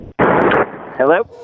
Hello